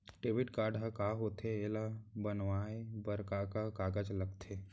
Debit card ह का होथे एला बनवाए बर का का कागज लगथे?